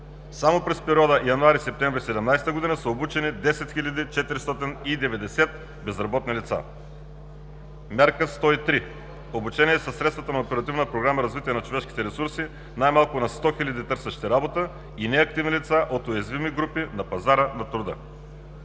Само през периода месец януари – месец септември 2017 г. са обучени 10 490 безработни лица. Мярка 103: Обучение със средствата на Оперативна програма „Развитие на човешките ресурси“ най-малко на сто хиляди търсещи работа и неактивни лица от уязвими групи на пазара на труда